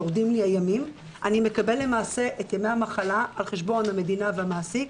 אני אקבל את ימי המחלה על חשבון המדינה והמעסיק,